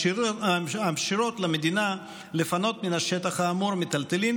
המאפשרות למדינה לפנות מן השטח האמור מיטלטלין